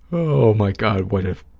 oh, my god, what if,